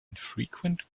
infrequent